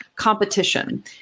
competition